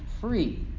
free